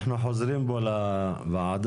אנחנו חוזרים פה לוועדה.